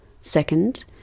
Second